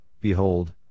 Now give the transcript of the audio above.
Behold